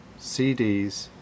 CDs